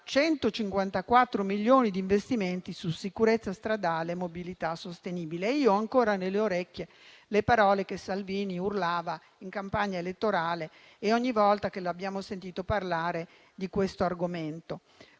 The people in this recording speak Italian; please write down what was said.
154 milioni di investimenti su sicurezza stradale e mobilità sostenibile. Ho ancora nelle orecchie le parole che Salvini urlava in campagna elettorale e ogni volta che lo abbiamo sentito parlare di questo argomento,